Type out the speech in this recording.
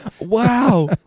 Wow